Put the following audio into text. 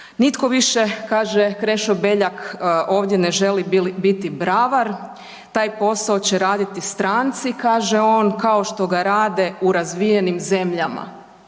Nitko više, kaže Krešo Beljak, ovdje ne želi biti bravar. Taj posao će raditi stranci kaže on, kao što ga rade u razvijenim zemljama.